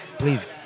Please